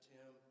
Tim